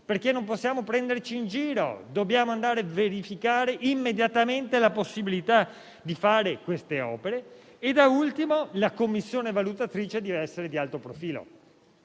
perché non possiamo più prenderci in giro. Dobbiamo andare a verificare immediatamente la possibilità di realizzare queste opere. Da ultimo, la commissione valutatrice deve essere di alto profilo,